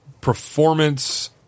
performance